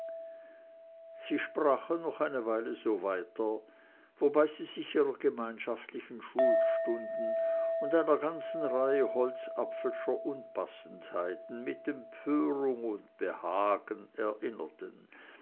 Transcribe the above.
sie sprachen noch eine weile so weiter wobei sie sich ihrer gemeinschaftlichen schulstunden und einer ganzen reihe holzapfelscher unpassendheiten mit empörung und behagen erinnerten